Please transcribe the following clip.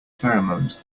pheromones